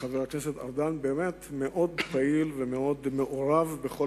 שחבר הכנסת ארדן באמת מאוד פעיל ומעורב בכל